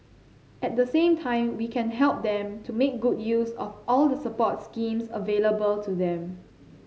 at the same time we can help them to make good use of all the support schemes available to them